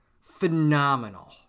phenomenal